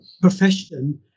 profession